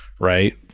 right